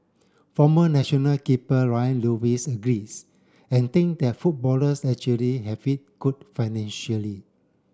former national keeper Lion Lewis agrees and think that footballers actually have it good financially